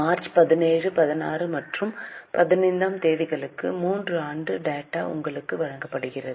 March 17 16 மற்றும் 15 ஆம் தேதிகளுக்கு 3 ஆண்டு டாட்டா உங்களுக்கு வழங்கப்படுகிறது